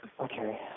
Okay